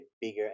bigger